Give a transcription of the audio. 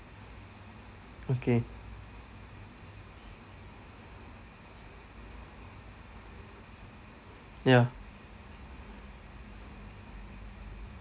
okay ya